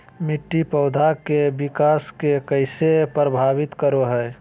मिट्टी पौधा के विकास के कइसे प्रभावित करो हइ?